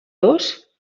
dos